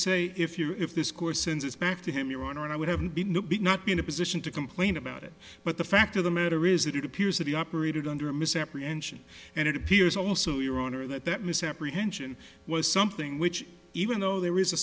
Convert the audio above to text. say if you if this course and it's back to him your honor and i would have not be in a position to complain about it but the fact of the matter is that it appears that he operated under a misapprehension and it appears also your honor that that misapprehension was something which even though there is a